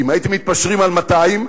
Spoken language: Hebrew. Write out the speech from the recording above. אם הייתם מתפשרים על 200,